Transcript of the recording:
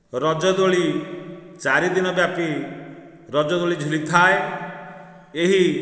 ରଜଦୋଳି ଚାରିଦିନ ବ୍ୟାପି ରଜଦୋଳି ଝୁଲିଥାଏ ଏହି